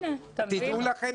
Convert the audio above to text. הנה, מצאנו פתרון.